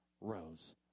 rose